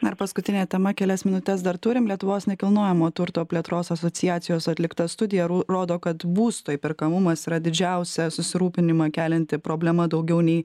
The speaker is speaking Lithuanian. na ir paskutinė tema kelias minutes dar turim lietuvos nekilnojamo turto plėtros asociacijos atlikta studija rodo kad būsto įperkamumas yra didžiausią susirūpinimą kelianti problema daugiau nei